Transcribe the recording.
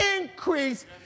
increase